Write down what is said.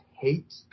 hate